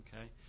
Okay